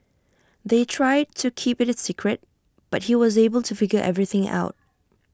they tried to keep IT A secret but he was able to figure everything out